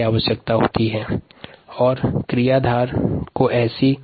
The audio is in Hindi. कोशिका में होने वाली